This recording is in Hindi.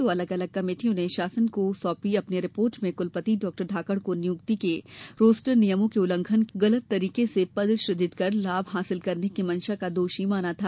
दो अलग अलग कमेटियों ने शासन को सौंपी अपनी रिपोर्ट में कुलपति डॉ धाकड़ को नियुक्ति के रोस्टर नियमों के उल्लंघन के साथ गलत तरीके से पद सुजित कर लाभ हासिल करने की मंशा का दोषी माना था